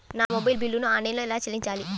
నా మొబైల్ బిల్లును ఆన్లైన్లో ఎలా చెల్లించాలి?